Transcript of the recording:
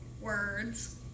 words